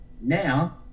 Now